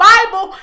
Bible